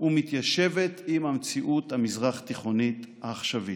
ומתיישבת עם המציאות המזרח-תיכונית העכשווית.